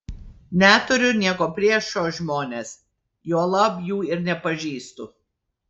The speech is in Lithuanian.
neturiu nieko prieš šiuos žmones juolab jų ir nepažįstu